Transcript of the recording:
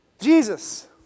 Jesus